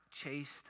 chased